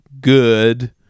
good